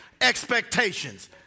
expectations